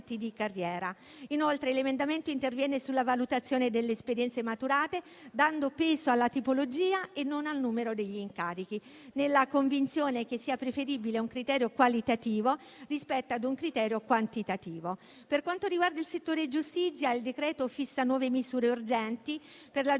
di carriera. Inoltre, l'emendamento interviene sulla valutazione delle esperienze maturate, dando peso alla tipologia e non al numero degli incarichi, nella convinzione che sia preferibile un criterio qualitativo rispetto ad un criterio quantitativo. Per quanto riguarda il settore giustizia, il decreto fissa nuove misure urgenti per la